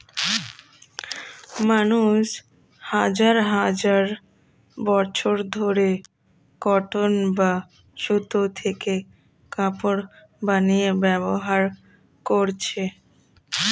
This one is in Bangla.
মানুষ হাজার হাজার বছর ধরে কটন বা সুতো থেকে কাপড় বানিয়ে ব্যবহার করছে